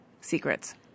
secrets